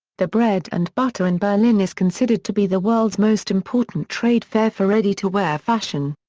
the bread and butter in berlin is considered to be the world's most important trade fair for ready-to-wear fashion.